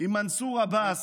עם מנסור עבאס,